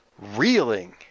reeling